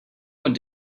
what